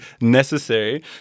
necessary